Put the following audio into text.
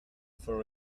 for